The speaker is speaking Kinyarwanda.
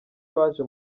baje